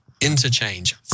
interchange